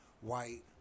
white